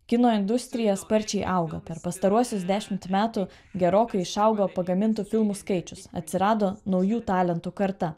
kino industrija sparčiai auga per pastaruosius dešimt metų gerokai išaugo pagamintų filmų skaičius atsirado naujų talentų karta